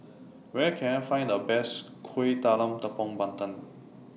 Where Can I Find The Best Kuih Talam Tepong Pandan